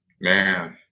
Man